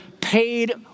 paid